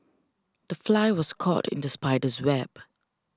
the fly was caught in the spider's web